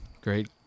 great